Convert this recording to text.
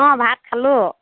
অ' ভাত খালোঁ